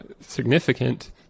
significant